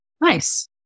Nice